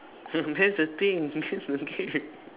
that's the thing that's the thing